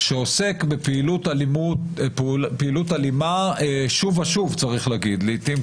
שעוסק בפעילות אלימה שוב ושוב צריך להגיד לעיתים,